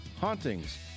hauntings